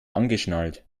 angeschnallt